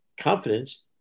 confidence